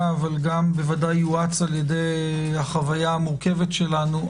ובוודאי יואץ על-ידי החוויה המורכבת שלנו,